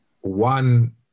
one